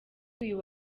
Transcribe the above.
uyu